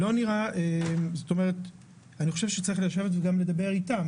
לדעתי צריך דגם לדבר אתם.